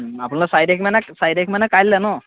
আপোনলোক চাৰি তাৰিখ মানে চাৰি তাৰিখ মানে কাইলৈ ন